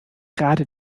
gerade